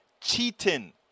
cheating